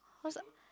cause